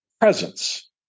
presence